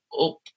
up